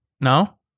No